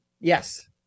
Yes